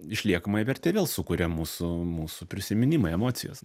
išliekamąją vertę vėl sukuria mūsų mūsų prisiminimai emocijos